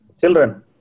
children